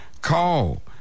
call